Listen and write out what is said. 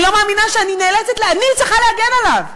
אני לא מאמינה שאני נאלצת, שאני צריכה להגן עליו.